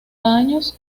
años